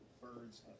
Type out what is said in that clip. Birds